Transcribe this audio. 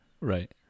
right